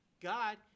god